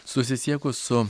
susisiekus su